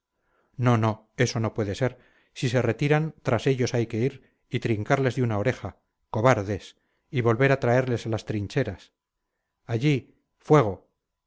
no no eso no puede ser si se retiran tras ellos hay que ir y trincarles de una oreja cobardes y volver a traerles a las trincheras allí fuego